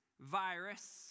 virus